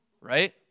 right